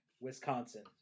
Wisconsin